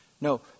No